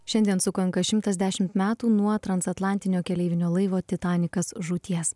šiandien sukanka šimtas dešimt metų nuo transatlantinio keleivinio laivo titanikas žūties